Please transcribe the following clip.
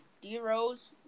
D-Rose